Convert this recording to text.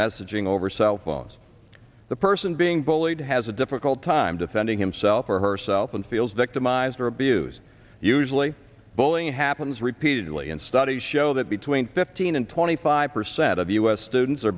messaging over cell phones the person being bullied has a difficult time defending himself or herself and feels victimized or abused usually bullying happens repeatedly and studies show that between fifteen and twenty five percent of us students are